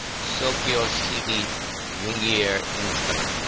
socios sibi jungier instat.